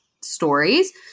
stories